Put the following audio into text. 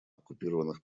оккупированных